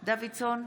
סימון דוידסון,